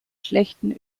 schlechten